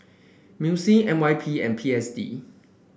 MUIS N Y P and P S D